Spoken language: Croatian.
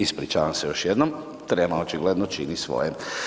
Ispričavam se još jednom, trema očigledno čini svoje.